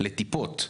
לטיפות.